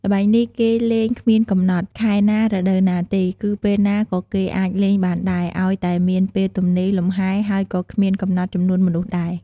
ល្បែងនេះគេលែងគ្មានកំណត់ ខែណា រដូវណាទេ គឺពេលណាក៏គេអាចលេងបានដែរ ឱ្យតែមានពេលទំនេរលំហែរ ហើយក៏គ្មានកំណត់ចំនួនមនុស្សដែរ។